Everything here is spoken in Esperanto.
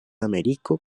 ameriko